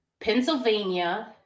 Pennsylvania